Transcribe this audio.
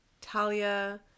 Talia